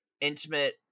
intimate